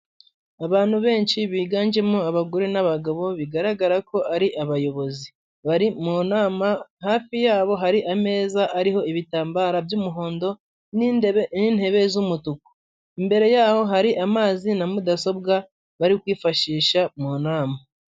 Abantu benshi biganjemo abagore n'abagabo bigaragara ko ari abayobozi ,bari mu nama hafi yabo hari ameza ariho ibitambararo by'umuhondo ni ntebe z'umutuku. Imbere yaho hari amazi na mudasobwa bari kwifashisha mu nama.